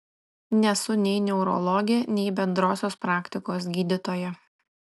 nesu nei neurologė nei bendrosios praktikos gydytoja